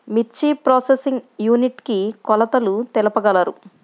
మిర్చి processing unit కి కొలతలు తెలుపగలరు?